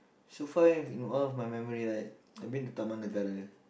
so far in all of my memory right I've been to Taman-Negara